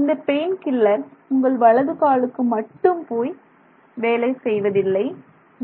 இந்தப் painkiller உங்கள் வலது காலுக்கு மட்டும் போய் வேலை செய்வதில்லை